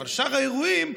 אבל שאר האירועים,